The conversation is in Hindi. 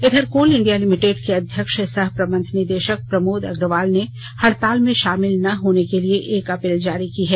इधर कोल इंडिया लिमिटेड के अध्यक्ष सह प्रबंध निदेशक प्रमोद अग्रवाल ने हड़ताल में शामिल न होने के लिए एक अपील जारी की है